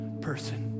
person